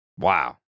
Wow